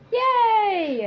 Yay